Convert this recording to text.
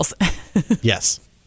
Yes